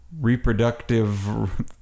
reproductive